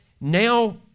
now